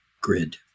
grid